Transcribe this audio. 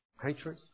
hatred